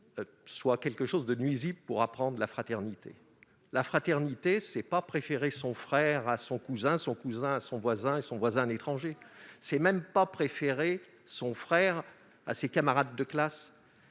pas que l'école soit nuisible à l'apprentissage de la fraternité. La fraternité, ce n'est pas préférer son frère à son cousin, son cousin à son voisin, ni son voisin à un étranger. Ce n'est même pas préférer son frère à ses camarades de classe.